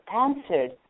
answered